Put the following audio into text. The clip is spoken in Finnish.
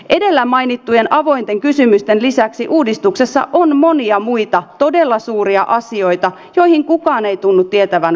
edellä mainittujen avointen kysymysten lisäksi uudistuksessa on monia muita todella suuria asioita joihin kukaan ei tunnu tietävän vastausta